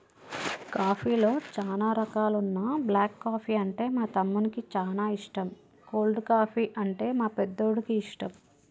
కాఫీలో చానా రకాలున్న బ్లాక్ కాఫీ అంటే మా తమ్మునికి చానా ఇష్టం, కోల్డ్ కాఫీ, అంటే మా పెద్దోడికి ఇష్టం